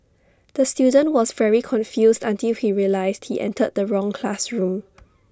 the student was very confused until he realised he entered the wrong classroom